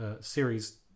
series